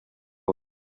moi